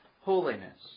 holiness